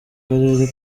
karere